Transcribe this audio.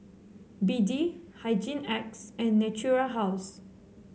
B D Hygin X and Natura House